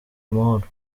amahoro